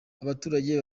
abaturage